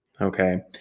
Okay